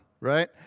Right